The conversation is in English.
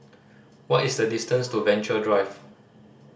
what is the distance to Venture Drive